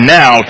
now